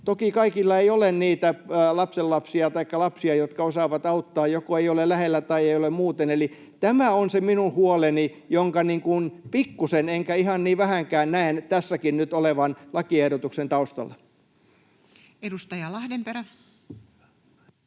Toki kaikilla ei ole niitä lapsenlapsia taikka lapsia, jotka osaavat auttaa — joku ei ole lähellä tai ei ole muuten. Eli tämä on se minun huoleni, jonka pikkuisen enkä ihan niin vähänkään näen tässäkin nyt olevan lakiehdotuksen taustalla. [Speech